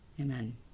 Amen